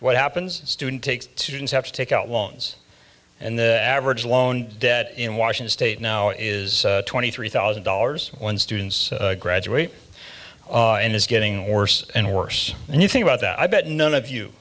what happens student takes two didn't have to take out loans and the average loan debt in washington state now is twenty three thousand dollars when students graduate and it's getting worse and worse and you think about that i bet none of you